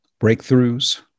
breakthroughs